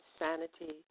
insanity